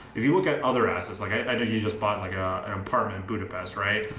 if you look at other assets, like i know, you just bought like a apartment budapest, right?